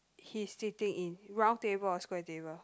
he's sitting in round table or square table